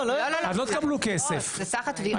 אז לא תקבלו כסף.